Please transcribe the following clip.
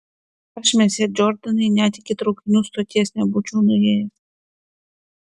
aš mesjė džordanai net iki traukinių stoties nebūčiau nuėjęs